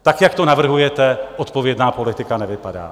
Tak, jak to navrhujete, odpovědná politika nevypadá.